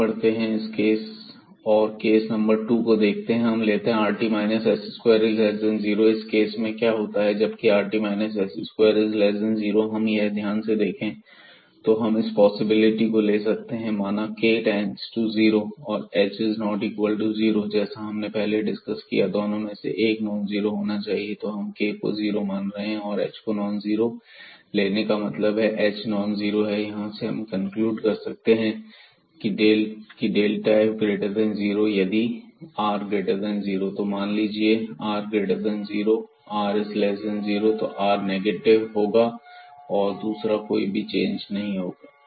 आगे बढ़ते हैं और केस नंबर2 को देखते हैं और हम लेते हैं rt s20 इस केस में क्या होता है जबकि rt s20 हम यह ध्यान से देखें तो हम इस पॉसिबिलिटी को ले सकते हैं माना यह k→0 h≠0 जैसा हमने पहले डिस्कस किया दोनों में से एक नॉन जीरो होना चाहिए तो हम k को जीरो मान रहे हैं और h को नॉन जीरो के लेने का मतलब है h नॉन जीरो है यहां से हम कनक्लूड कर सकते हैं की यह f0ifr0 तो मान लीजिए r0 r0 तो f नेगेटिव होगा और कोई भी दूसरा चेंज नहीं होगा